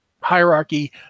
hierarchy